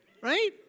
Right